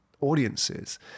audiences